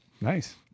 Nice